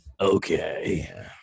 okay